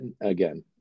again